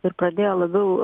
ir pradėjo labiau